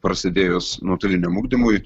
prasidėjus nuotoliniam ugdymui